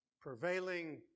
Prevailing